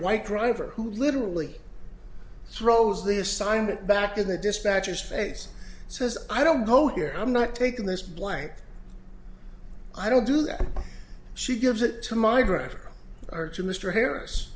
white driver who literally throws the assignment back in the dispatchers face says i don't go here i'm not taking this blank i don't do that she gives it to margaret or to mr harris